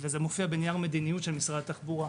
וזה מופיע בנייר מדיניות של משרד התחבורה,